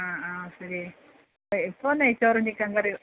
ആ ആ ശരി ഇപ്പോൾ നെയ്ച്ചോറും ചിക്കൻക്കറിയും